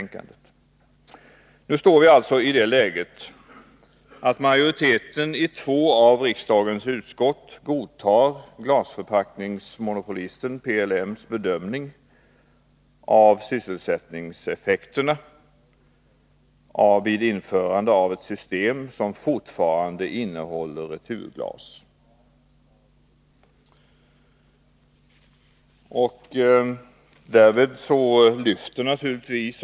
Nu befinner vi oss alltså i det läget att majoriteten i två av riksdagens utskott godtar glasförpackningsmonopolisten PLM:s bedömning av sysselsättningseffekterna av införandet av ett system som fortfarande innehåller returglas.